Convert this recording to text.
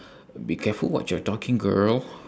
be careful what you're talking girl